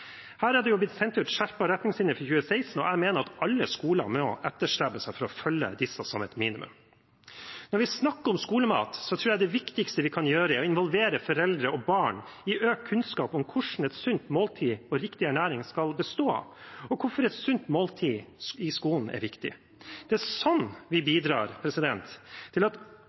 Her er det blitt sendt ut skjerpede retningslinjer for 2016, og jeg mener at alle skolene som et minimum må etterstrebe å følge disse. Når vi snakker om skolemat, tror jeg det viktigste vi kan gjøre, er å involvere foreldre og barn og gi økt kunnskap om hva et sunt måltid og riktig ernæring skal bestå av, og hvorfor et sunt måltid i skolen er viktig. Det er slik vi bidrar til at